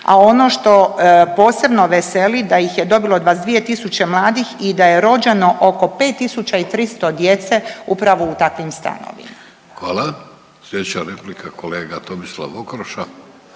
a ono što posebno veseli da ih dobilo 22 tisuće mladih i da je rođeno oko 5300 djece upravo u takvim stanovima. **Vidović, Davorko (Nezavisni)** Hvala. Sljedeća replika, kolega Tomislav Okroša.